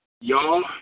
Y'all